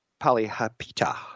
Palihapita